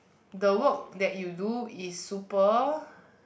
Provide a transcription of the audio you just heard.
the work that you do is super